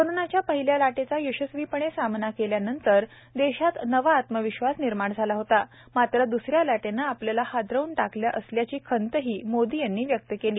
कोरोनाच्या पहिल्या लाटेचा यशस्वीपणे सामना केल्यानंतर देशात नवा आत्मविश्वास निर्माण झाला होता मात्र द्सऱ्या लाटेनं आपल्याला हादरवून टाकलं असल्याची खंतही मोदी यांनी व्यक्त केली